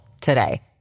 today